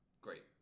Great